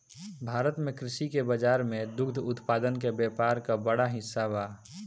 भारत में कृषि के बाजार में दुग्ध उत्पादन के व्यापार क बड़ा हिस्सा बा